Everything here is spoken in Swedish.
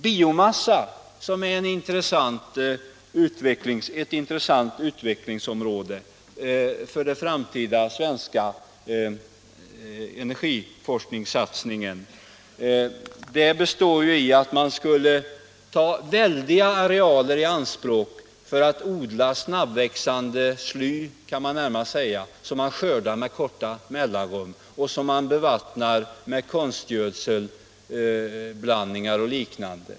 Särskilt tillstånd att Användning av biomassa, som är ett intressant utvecklingsområde för = tillföra kärnreakden framtida svenska energiforskningssatsningen, innebär att man skulle = tor kärnbränsle, ta väldiga arealer i anspråk för att odla snabbväxande sly, kan vi närmast — m.m. säga, som man skördar med korta mellanrum och som man bevattnar med konstgödselblandningar och liknande.